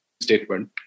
statement